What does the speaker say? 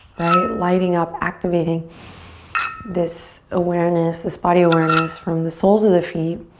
right? lighting up, activating this awareness, this body awareness from the soles of the feet